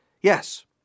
Yes